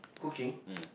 cooking